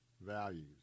values